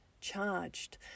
charged